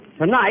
tonight